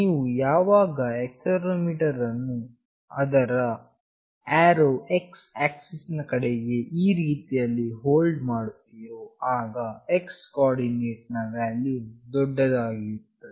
ನೀವು ಯಾವಾಗ ಆಕ್ಸೆಲೆರೋಮೀಟರ್ ಅನ್ನು ಅದರ ಆ್ಯರೋ x ಆಕ್ಸಿಸ್ ನ ಕಡೆಗೆ ಈ ರೀತಿಯಲ್ಲಿ ಹೋಲ್ಡ್ ಮಾಡುತ್ತೀರೋ ಆಗ x ಕೋಆರ್ಡಿನೇಟ್ ನ ವ್ಯಾಲ್ಯೂವು ಗರಿಷ್ಠವಾಗಿರುತ್ತದೆ